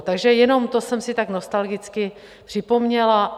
Takže jenom to jsem si tak nostalgicky připomněla.